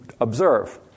observe